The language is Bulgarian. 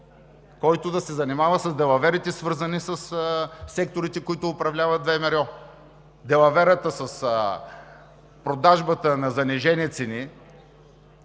който да се занимава с далаверите, свързани със секторите, които управлява ВМРО – далаверата с продажбата на занижени цени